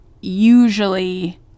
usually